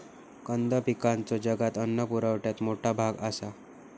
कंद पिकांचो जगाच्या अन्न पुरवठ्यात मोठा भाग आसा